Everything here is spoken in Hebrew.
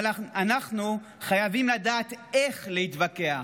אבל אנחנו חייבים לדעת איך להתווכח.